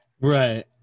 right